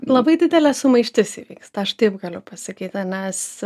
labai didelė sumaištis įvyksta aš taip galiu pasakyti nes